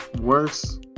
worse